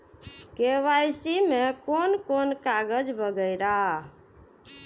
KYC में कोन कोन कागज वगैरा?